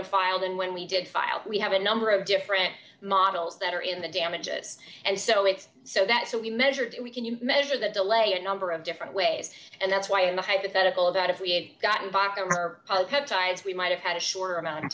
have filed and when we did file we have a number of different models that are in the damages and so it's so that so we measure it we can you measure the delay in a number of different ways and that's why in the hypothetical that if we had gotten by peptides we might have had a short amount of